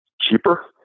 cheaper